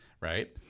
right